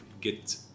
get